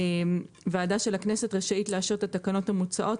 "ועדה של הכנסת רשאית להשאיר את התקנות המוצעות,